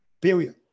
period